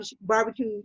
barbecue